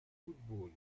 football